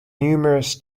numerous